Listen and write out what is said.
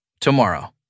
tomorrow